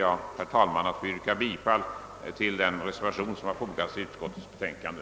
Jag ber att få yrka bifall till den reservation som fogats till utskottets betänkande.